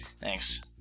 Thanks